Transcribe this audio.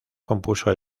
compuso